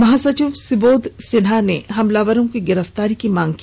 महासचिव सुबोध सिन्हा ने हमलावरों की गिरफ्तारी की मांग की